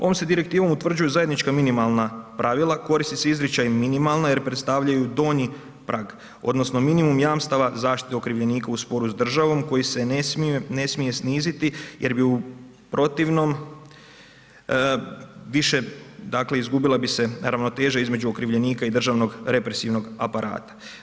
Ovom se direktivom utvrđuju zajednička minimalna pravila, koristi se izričaj minimalna jer predstavljaju donji prag odnosno minimum jamstava zaštite okrivljenika u sporu s državnom koje se ne smije sniziti jer bi u protivnom više dakle izgubila bi se ravnoteža između okrivljenika i državnog represivnog aparata.